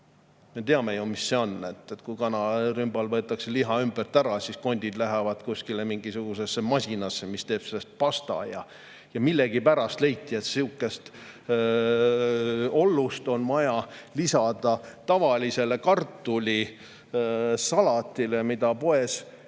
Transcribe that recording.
ju teame, mis see on: kanarümbalt võetakse liha ümbert ära ja kondid lähevad mingisugusesse masinasse, mis teeb sellest pasta. Millegipärast leiti, et siukest ollust on vaja lisada tavalisele kartulisalatile, mida poes